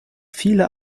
viele